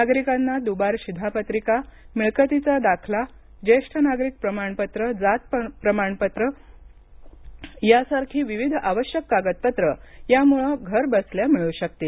नागरिकांना दुबार शिधापत्रिका मिळकतीचा दाखला ज्येष्ठ नागरिक प्रमाणपत्र जात प्रमाणपत्र यासारखी विविध आवश्यक कागदपत्रं यामुळे घरबसल्या मिळू शकतील